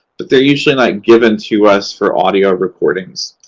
but they're usually not given to us for audio recordings.